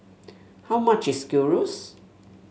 how much is Gyros